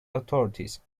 authorities